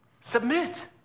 Submit